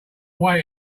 way